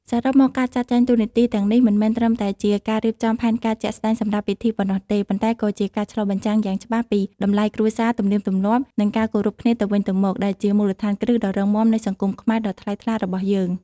សរុបមក ការចាត់ចែងតួនាទីទាំងនេះ មិនមែនត្រឹមតែជាការរៀបចំផែនការជាក់ស្តែងសម្រាប់ពិធីប៉ុណ្ណោះទេ ប៉ុន្តែក៏ជាការឆ្លុះបញ្ចាំងយ៉ាងច្បាស់ពី តម្លៃគ្រួសារ ទំនៀមទម្លាប់ និងការគោរពគ្នាទៅវិញទៅមក ដែលជាមូលដ្ឋានគ្រឹះដ៏រឹងមាំនៃសង្គមខ្មែរដ៏ថ្លៃថ្លារបស់យើង។